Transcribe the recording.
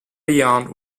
beyond